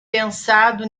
pensado